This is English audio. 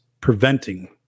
preventing